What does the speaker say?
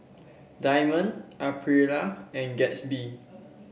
Diamond Aprilia and Gatsby